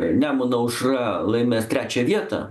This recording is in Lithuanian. nemuno aušra laimės trečią vietą